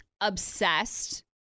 Obsessed